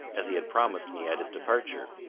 as he had promised me at his departure.